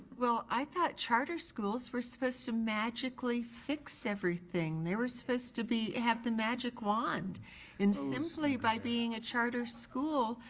well, i thought charter schools were supposed to magically fix everything. they were supposed to have the magic wand and simply by being a charter school,